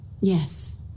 Yes